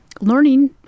learning